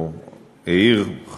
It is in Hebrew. או העיר,